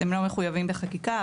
הם לא מחויבים בחקיקה,